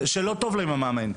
שלא טוב להם עם המאמן,